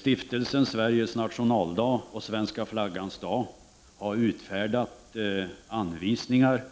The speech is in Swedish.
Stiftelsen Sveriges Nationaldag och Svenska Flaggans Dag har, som Stig Bertilsson sade, utfärdat anvisningar